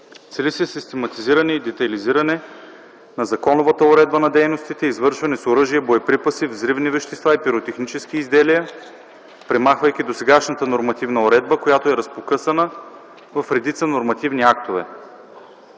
Цели се систематизиране и детайлизиране на законовата уредба на дейностите, извършвани с оръжия, боеприпаси, взривни вещества и пиротехнически изделия, премахвайки досегашната нормативна уредба, която е разпокъсана в редица нормативни актове.